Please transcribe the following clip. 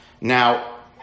Now